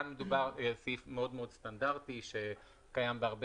כאן מדובר על סעיף מאוד מאוד סטנדרטי שקיים בהרבה